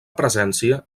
presència